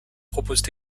proposent